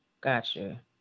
gotcha